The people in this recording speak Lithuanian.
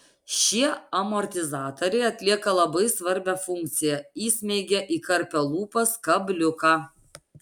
šie amortizatoriai atlieka labai svarbią funkciją įsmeigia į karpio lūpas kabliuką